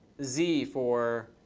z for